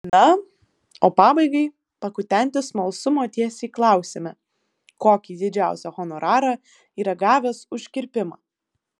na o pabaigai pakutenti smalsumo tiesiai klausiame kokį didžiausią honorarą yra gavęs už kirpimą